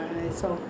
don't know